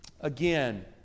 Again